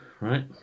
right